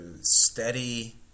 steady